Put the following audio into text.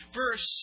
verse